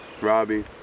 Robbie